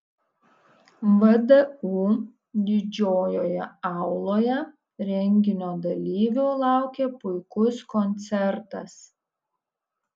vdu didžiojoje auloje renginio dalyvių laukė puikus koncertas